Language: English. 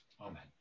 Amen